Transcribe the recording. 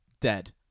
dead